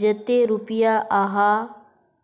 जयते रुपया आहाँ